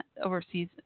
overseas